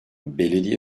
belediye